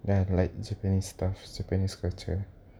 then I like japanese stuff japanese culture